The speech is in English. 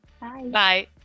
Bye